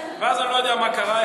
ואז אני לא יודע מה קרה,